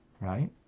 Right